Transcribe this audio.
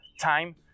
time